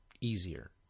easier